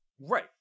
right